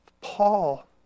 Paul